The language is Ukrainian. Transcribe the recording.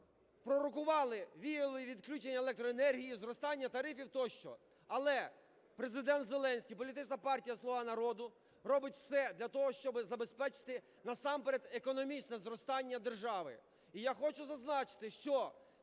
прорахували віялові відключення електроенергії, зростання тарифів тощо. Але Президент Зеленський, політична партія "Слуга народу" робить все для того, щоб забезпечити насамперед економічне зростання держави. І я хочу зазначити, що